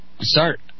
Start